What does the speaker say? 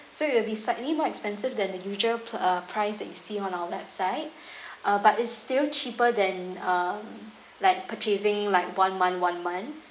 so it will be slightly more expensive than the usual pr~ uh price that you see on our website uh but it's still cheaper than um like purchasing like one month one month